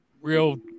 real